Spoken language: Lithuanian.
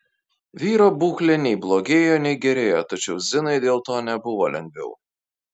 vyro būklė nei blogėjo nei gerėjo tačiau zinai dėl to nebuvo lengviau